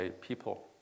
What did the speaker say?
people